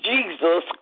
Jesus